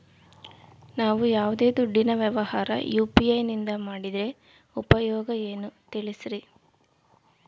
ನಾವು ಯಾವ್ದೇ ದುಡ್ಡಿನ ವ್ಯವಹಾರ ಯು.ಪಿ.ಐ ನಿಂದ ಮಾಡಿದ್ರೆ ಉಪಯೋಗ ಏನು ತಿಳಿಸ್ರಿ?